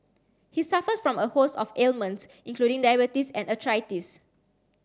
he suffers from a host of ailments including diabetes and arthritis